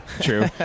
true